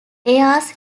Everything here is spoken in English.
airs